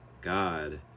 God